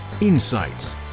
insights